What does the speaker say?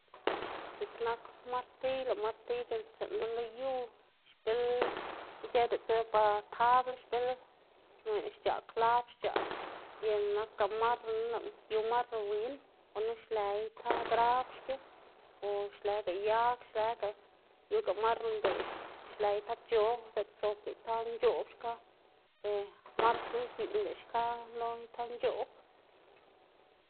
Dziꞌk nak martiy lëꞌ martiy c̲h̲uꞌnnstsiꞌnma lo yu xbil ic̲h̲ë diꞌltsa ba tabl xbil xc̲h̲aꞌ klab xc̲h̲aꞌ y nakga marrona lëꞌ yu marro win, gunu xlëꞌ ita grab xki o xlëga yag xlëga, yuga marro mbeꞌ xlë itac̲h̲o diꞌt zobga ita nc̲h̲oꞌb xka marro knu nkiꞌnga xka lo ita nc̲h̲oꞌb.